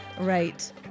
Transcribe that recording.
Right